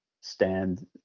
stand